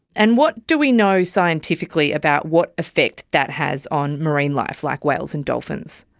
and what do we know scientifically about what effect that has on marine life, like whales and dolphins?